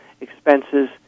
expenses